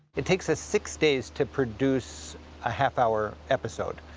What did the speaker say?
it takes us six days to produce a half-hour episode,